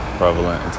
prevalent